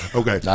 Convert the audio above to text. okay